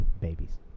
babies